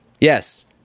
Yes